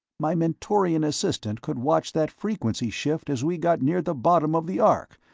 my mentorian assistant could watch that frequency-shift as we got near the bottom of the arc,